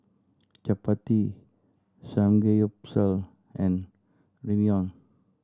Chapati Samgeyopsal and Ramyeon